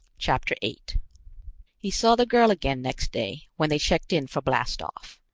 chapter eight he saw the girl again next day, when they checked in for blastoff.